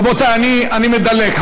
רבותי, אני מדלג.